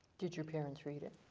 did your parents read it?